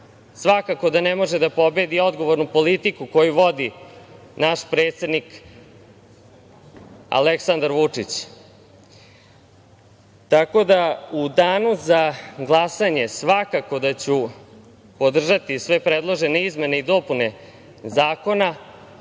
svakako da ne može da pobedi odgovornu politiku koju vodi naš predsednik Aleksandar Vučić. Tako da u danu za glasanje svakako da ću podržati sve predložene izmene i dopune zakona,